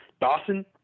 Dawson